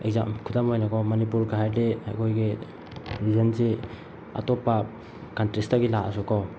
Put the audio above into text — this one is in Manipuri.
ꯈꯨꯗꯝ ꯑꯣꯏꯅꯀꯣ ꯃꯅꯤꯄꯨꯔꯒ ꯍꯥꯏꯗꯤ ꯑꯩꯈꯣꯏꯒꯤ ꯔꯤꯖꯟꯁꯤ ꯑꯇꯣꯞꯄ ꯀꯟꯇ꯭ꯔꯤꯁꯇꯒꯤ ꯂꯥꯛꯑꯁꯨꯀꯣ